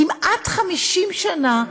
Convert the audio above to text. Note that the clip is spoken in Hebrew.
כמעט 50 שנה,